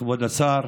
כבוד השר,